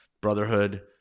Brotherhood